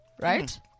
Right